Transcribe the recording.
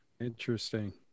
Interesting